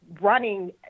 running